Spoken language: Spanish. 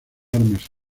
armas